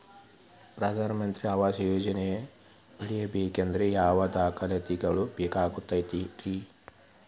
ಪ್ರಧಾನ ಮಂತ್ರಿ ಆವಾಸ್ ಯೋಜನೆ ಪಡಿಬೇಕಂದ್ರ ಯಾವ ದಾಖಲಾತಿ ಬೇಕಾಗತೈತ್ರಿ?